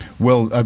well, ah